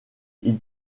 ils